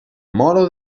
moro